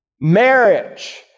marriage